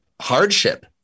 hardship